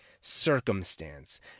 circumstance